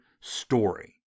story